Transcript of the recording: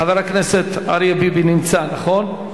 חבר הכנסת אריה ביבי נמצא, נכון?